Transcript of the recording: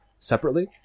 Separately